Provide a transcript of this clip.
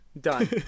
Done